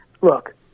Look